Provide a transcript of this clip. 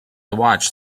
watched